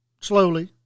slowly